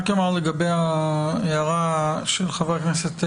לגבי הערתו האחרונה של חבר הכנסת רז.